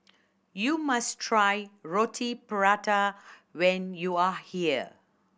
you must try Roti Prata when you are here